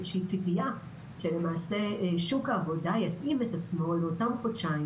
זה איזושהי ציפייה שלמעשה שוק העבודה יתאים את עצמו לאותם חודשיים